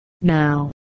Now